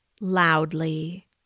loudly